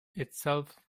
itself